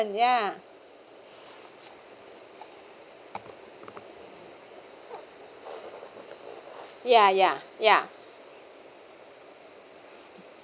ya ya ya ya